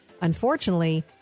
Unfortunately